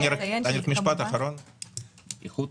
איכות